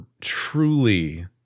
truly